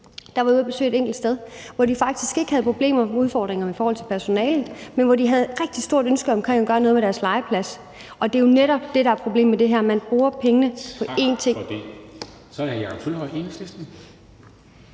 Der var jeg ude at besøge et enkelt sted, hvor de faktisk ikke havde problemer eller udfordringer i forhold til personale, men hvor de havde et rigtig stort ønske om at gøre noget ved deres legeplads, og det er jo netop det, der er problemet i det her: Man bruger pengene på én ting. Kl. 17:46 Formanden